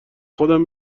خودم